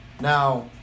Now